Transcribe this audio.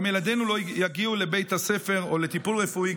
גם ילדינו לא יגיעו לבית הספר או לטיפול רפואי,